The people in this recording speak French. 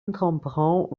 entreprend